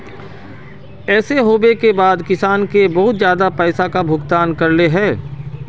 ऐसे होबे के बाद किसान के बहुत ज्यादा पैसा का भुगतान करले है?